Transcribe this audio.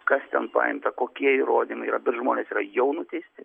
kas ten paimta kokie įrodymai yra bet žmonės yra jau nuteisti